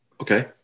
Okay